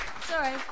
sorry